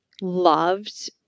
loved